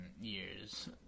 years